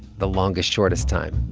the longest shortest time.